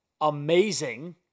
amazing